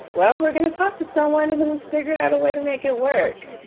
well, we're going to talk to someone who's figured out a way to make it work.